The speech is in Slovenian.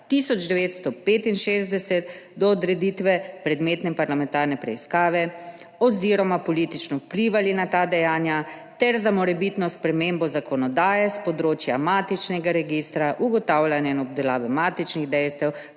1965 do odreditve predmetne parlamentarne preiskave oziroma politično vplivali na ta dejanja, ter za morebitno spremembo zakonodaje s področja matičnega registra, ugotavljanja in obdelave matičnih dejstev,